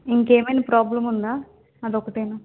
ఇంకా ఏమైనా ప్రాబ్లం ఉందా అది ఒకటేనా